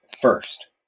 first